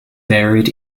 buried